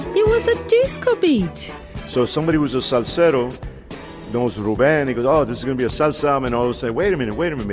was a disco beat so somebody was a subset of those little band. it was all just going to be a subtle. simon o say wait a minute wait a minute.